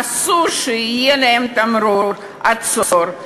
אסור שיהיה תמרור "עצור",